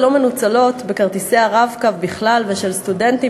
היתרות הלא-מנוצלות בכרטיסי ה"רב-קו" בכלל ושל סטודנטים